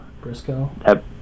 Briscoe